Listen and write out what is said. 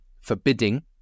forbidding